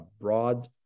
broad